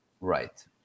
Right